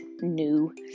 new